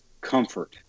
comfort